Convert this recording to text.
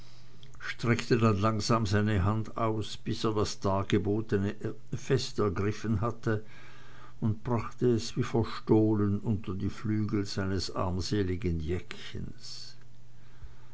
streckte dann langsam seine hand aus bis er das dargebotene fest ergriffen hatte und brachte es wie verstohlen unter die flügel seines armseligen jäckchens